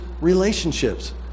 relationships